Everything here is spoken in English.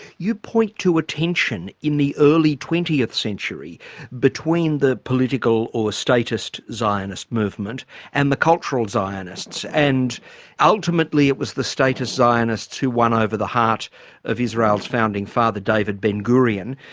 you point to a tension in the early twentieth century between the political or statist zionist movement and the cultural zionists. and ultimately it was the statist zionists who won over the heart of israel's founding father david ben-gurion.